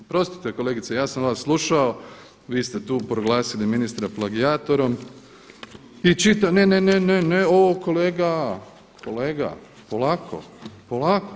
Oprostite kolegice ja sam sva slušao, vi ste tu proglasili ministra plagijatorom i čitao … ne, ne, ne o kolega, kolega polako, polako.